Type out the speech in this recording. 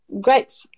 Great